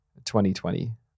2020